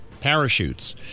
parachutes